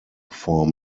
form